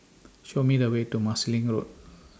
Show Me The Way to Marsiling Road